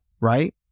Right